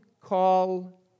call